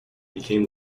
became